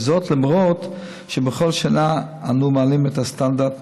וזאת למרות שבכל שנה אנו מעלים את הסטנדרט.